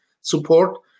support